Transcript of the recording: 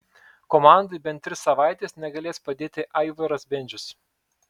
komandai bent tris savaites negalės padėti aivaras bendžius